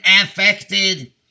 affected